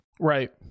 right